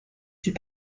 suis